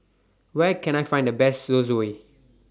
Where Can I Find The Best Zosui